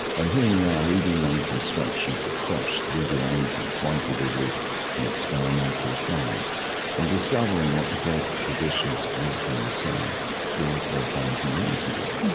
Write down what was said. and here we are reading those instructions afresh through the eyes of quantitative and experimental science and discovering what the great traditions of wisdom were saying three or four thousand years ago.